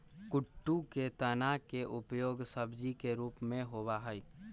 कुट्टू के तना के उपयोग सब्जी के रूप में होबा हई